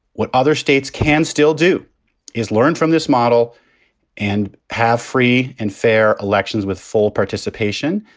what other states can still do is learn from this model and have free and fair elections with full participation.